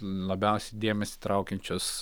labiausiai dėmesį traukiančios